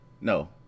no